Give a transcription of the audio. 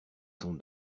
son